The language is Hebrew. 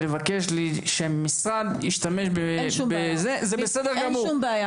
ולבקש שהמשרד ישתמש במונח אחר זה בסדר גמור,